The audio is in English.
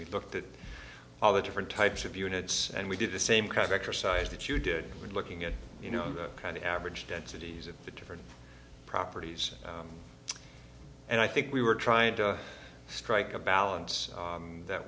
we looked at all the different types of units and we did the same kind of exercise that you did with looking at you know kind of average densities of the different properties and i think we were trying to strike a balance that